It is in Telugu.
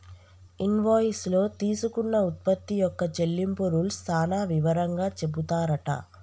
ఇన్వాయిస్ లో తీసుకున్న ఉత్పత్తి యొక్క చెల్లింపు రూల్స్ సాన వివరంగా చెపుతారట